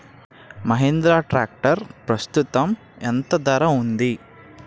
Mahindra tractor ప్రస్తుతం ఎంత ధర ఉంది?